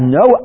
no